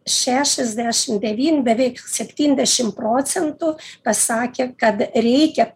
šešiasdešim devyni beveik septyndešim procentų pasakė kad reikia